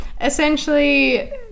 essentially